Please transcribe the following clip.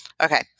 Okay